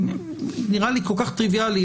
זה נראה לי כל כך טריוויאלי,